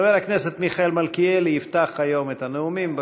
חבר הכנסת מיכאל מלכיאלי יפתח היום את הנאומים.